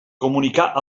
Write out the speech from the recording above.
comunicar